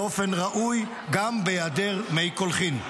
באופן ראוי גם בהיעדר מי קולחין.